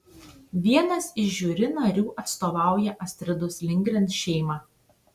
vienas iš žiuri narių atstovauja astridos lindgren šeimą